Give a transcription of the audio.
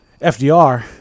FDR